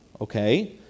Okay